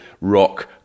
rock